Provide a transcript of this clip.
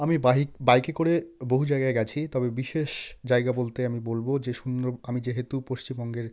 আমি বাইক বাইকে করে বহু জায়গায় গিয়েছি তবে বিশেষ জায়গা বলতে আমি বলব যে সুন্দর আমি যেহেতু পশ্চিমবঙ্গের